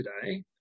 today